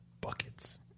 buckets